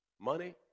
Money